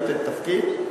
לתת תפקיד.